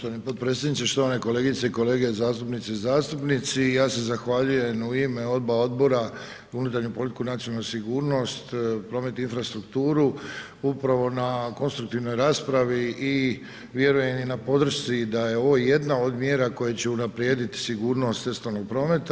Poštovani potpredsjedniče, štovane kolegice i kolege zastupnice i zastupnici, ja se zahvaljujem u ime oba odbora unutarnju politiku i nacionalnu sigurnost, promet i infrastrukturu upravo na konstruktivnoj raspravi i vjerujem i na podršci da je ovo jedna od mjera koje će unaprijediti sigurnost cestovnog prometa.